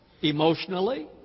emotionally